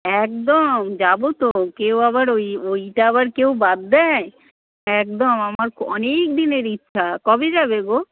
একদম যাব তো কেউ আবার ওই ওইটা আবার কেউ বাদ দেয় একদম আমার অনেকদিনের ইচ্ছা কবে যাবে গো